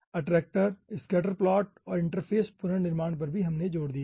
attractor scatter plot और interface पुनर्निर्माण पर भी हमने जोर दिया है